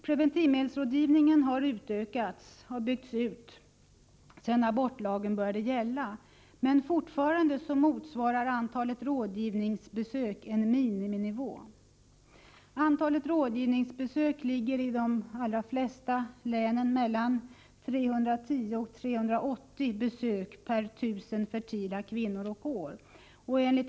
Preventivmedelsrådgivningen har utökats och byggts ut sedan abortlagen började gälla, men fortfarande motsvarar antalet rådgivningsbesök en miniminivå. Antalet rådgivningsbesök uppgår i de flesta län till mellan 310 och 380 besök per 1000 fertila kvinnor och år.